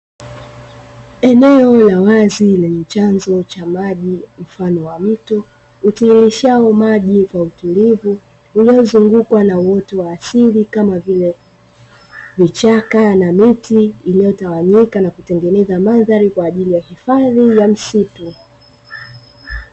Eneo la wazi lenye chanzo cha maji mfano wa mto utiririshao maji kwa utulivu, uliozungukwa na uoto wa asili kama vile vichaka na miti inayotawanyika na kutengeneza mandhari kwaajili ya hifadhi ya misitu.